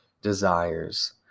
desires